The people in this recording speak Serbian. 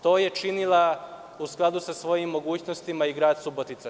To je činio u skladu sa svojim mogućnostima i grad Subotica.